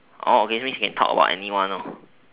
oh okay so means can talk about anyone lor